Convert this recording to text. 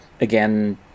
again